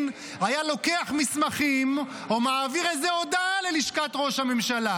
היה לוקח מסמכים או מעביר איזו הודעה ללשכת ראש הממשלה.